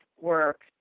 work